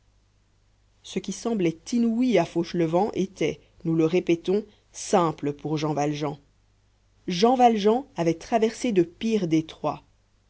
ce qui semblait inouï à fauchelevent était nous le répétons simple pour jean valjean jean valjean avait traversé de pires détroits